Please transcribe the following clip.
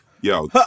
yo